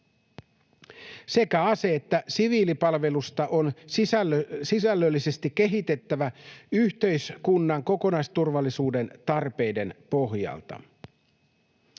Sekä ase- että siviilipalvelusta on sisällöllisesti kehitettävä yhteiskunnan kokonaisturvallisuuden tarpeiden pohjalta.